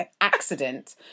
accident